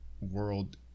world